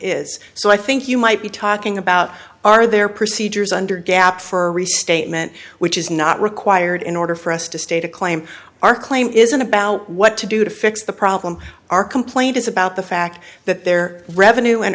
is so i think you might be talking about are there procedures under gap for a restatement which is not required in order for us to state a claim our claim isn't about what to do to fix the problem our complaint is about the fact that their revenue and